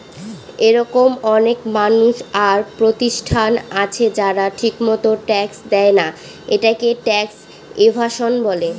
এরকম অনেক মানুষ আর প্রতিষ্ঠান আছে যারা ঠিকমত ট্যাক্স দেয়না, এটাকে ট্যাক্স এভাসন বলে